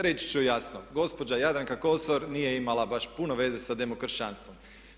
Reći ću jasno, gospođa Jadranka Kosor nije imala baš puno veze sa demokršćanstvom.